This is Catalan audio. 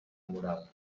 moral